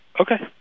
Okay